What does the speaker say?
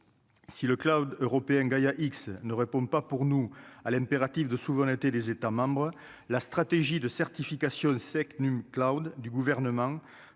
si le club européen Gaïa X ne répond pas pour nous à l'impératif de souveraineté des États membres, la stratégie de certification sec nous Claude du gouvernement